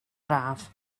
braf